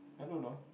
I don't know